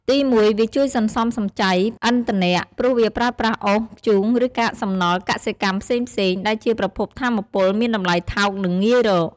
ទីមួយ វាជួយសន្សំសំចៃឥន្ធនៈ ព្រោះវាប្រើប្រាស់អុស ធ្យូង ឬកាកសំណល់កសិកម្មផ្សេងៗ ដែលជាប្រភពថាមពលមានតម្លៃថោក និងងាយរក។